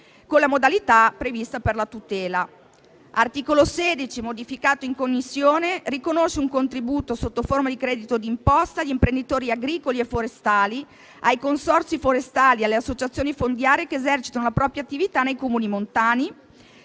con le modalità previste per la tutela. L'articolo 16, modificato in Commissione, riconosce un contributo, sotto forma di credito d'imposta, agli imprenditori agricoli e forestali, ai consorzi forestali e alle associazioni fondiarie che esercitano la propria attività nei Comuni montani.